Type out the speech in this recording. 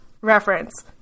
reference